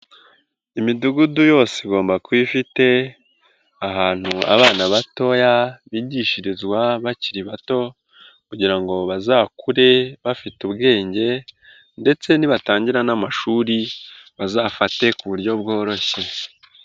Imidugudu yose igomba kuba ifite ahantu abana batoya bigishirizwa bakiri bato kugira ngo bazakure bafite ubwenge ndetse nibatangira n'amashuri bazafate ku buryo bworoshye.